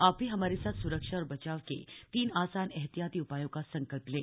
आप भी हमारे साथ स्रक्षा और बचाव के तीन आसान एहतियाती उपायों का संकल्प लें